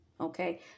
Okay